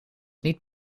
niet